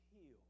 heal